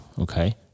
okay